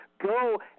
Go